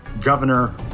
Governor